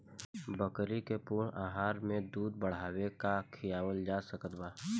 बकरी के पूर्ण आहार में दूध बढ़ावेला का खिआवल जा सकत बा?